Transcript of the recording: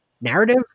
narrative